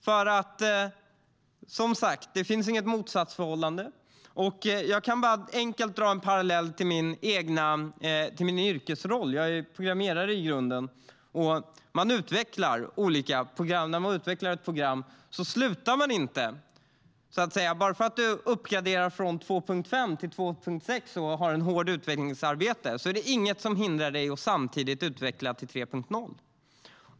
Det finns som sagt inget motsatsförhållande. Jag kan enkelt dra en parallell till min yrkesroll. Jag är programmerare i grunden. När man utvecklar ett program slutar man inte, så att säga. Bara för att du uppgraderar från 2.5 till 2.6 och har ett hårt utvecklingsarbete är det inget som hindrar dig att samtidigt utveckla till 3.0.